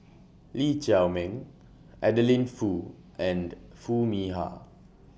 Lee Chiaw Meng Adeline Foo and Foo Mee Har